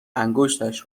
انگشتش